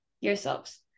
yourselves